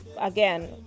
Again